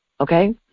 Okay